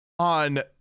On